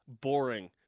Boring